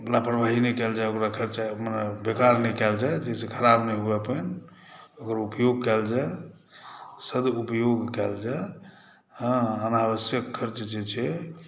लापरवाही नहि कैल जाइ ओकर खरचामे बेकार नहि कैल जाइ जाहिसँ ख़राब नहि हुअए पानि ओकर उपयोग कएल जाइ सदुपयोग कएल जाइ हँ अनावश्यक खरच जे छै